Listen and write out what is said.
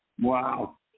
Wow